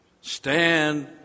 stand